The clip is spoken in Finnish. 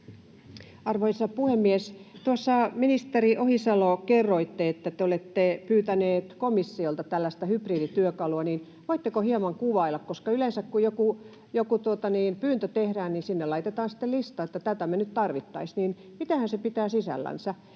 Arvoisa puhemies! Kun tuossa, ministeri Ohisalo, kerroitte, että te olette pyytäneet komissiolta tällaista hybridityökalua, niin voitteko hieman kuvailla, koska yleensä, kun joku pyyntö tehdään, niin sinne laitetaan sitten lista, että tätä me nyt tarvittaisiin, niin että mitähän se pitää sisällänsä?